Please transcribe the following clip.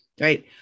right